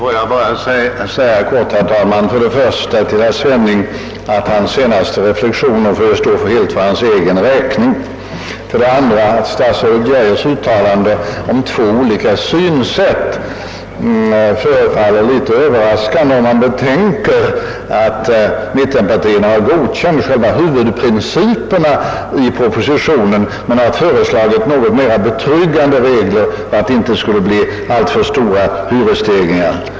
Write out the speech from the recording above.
Får jag bara säga helt kort, herr talman, för det första att herr Svennings senaste reflexioner får stå helt för hans egen räkning, för det andra att statsrådet Geijers uttalande om två olika synsätt förefaller litet överras kande när man betänker att mittenpartierna har godkänt själva huvudprinciperna i propositionen och bara föreslagit något mer betryggande regler för att det inte skall bli alltför stora hyresstegringar.